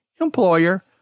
employer